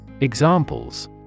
Examples